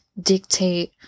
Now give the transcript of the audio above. dictate